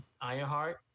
Ironheart